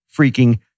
freaking